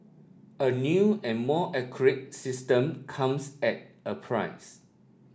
a new and more accurate system comes at a price